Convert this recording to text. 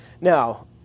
now